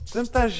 Tanta